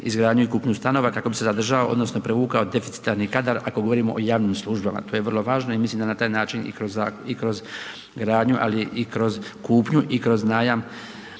izgradnju i kupnju stanova kako bi se zadržao, odnosno privukao deficitarni kadar ako govorimo o javnim službama, to je vrlo važno i mislim da na taj način i kroz gradnju ali i kroz kupnju i kroz najam